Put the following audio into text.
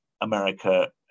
America